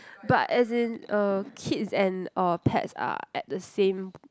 but as in uh kids and or pets are at the same